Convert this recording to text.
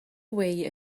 way